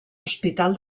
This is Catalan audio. hospital